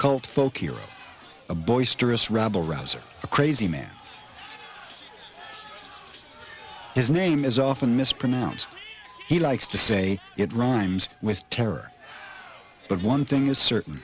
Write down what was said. cult folk hero a boisterous rabble rouser a crazy man his name is often mispronounced he likes to say it rhymes with terror but one thing is certain